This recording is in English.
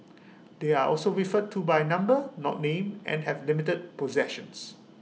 they are also referred to by number not name and have limited possessions